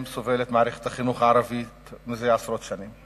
סובלת מערכת החינוך הערבית זה עשרות שנים.